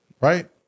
right